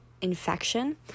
infection